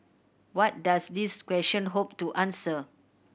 what does these question hope to answer